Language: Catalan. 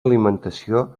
alimentació